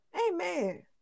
Amen